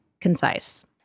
concise